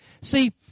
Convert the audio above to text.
See